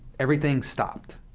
everything stopped.